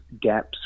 gaps